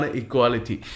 equality